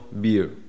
beer